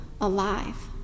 alive